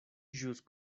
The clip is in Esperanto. ĵus